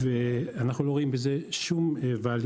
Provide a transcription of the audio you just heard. ואנחנו לא רואים בזה שום ערך.